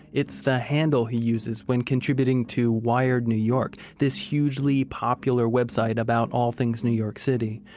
it's the handle he uses when contributing to wired new york, this hugely popular website about all things new york city.